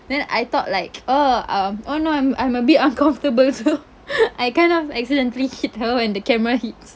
then I thought like uh um oh no I'm I'm a bit uncomfortable so I kind of accidentally hit her when the camera hits